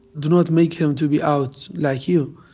do not make him to be out like you.